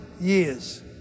years